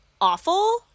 awful